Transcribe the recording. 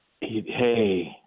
hey